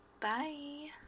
Bye